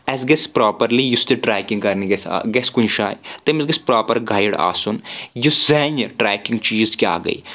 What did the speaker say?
اَسہِ گژھِ پراپرلی یُس تہِ ٹریکنگ کرنہِ گژھِ کُنہِ جاے تٔمِس گژھِ پراپر گایڈ آسُن یُس زانہِ ٹریکنگ چیٖز کیاہ گٔے